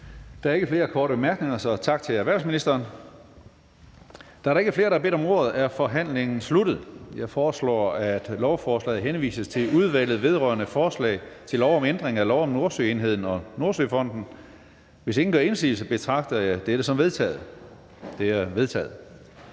Der er ikke flere korte bemærkninger, så tak til erhvervsministeren. Da der ikke er flere, der har bedt om ordet, er forhandlingen sluttet. Jeg foreslår, at lovforslaget henvises til Udvalget vedrørende forslag til lov om ændring af lov om Nordsøenheden og Nordsøfonden. Hvis ingen gør indsigelse, betragter jeg dette som vedtaget. Det er vedtaget.